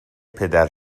پدر